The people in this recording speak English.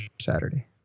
Saturday